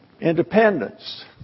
independence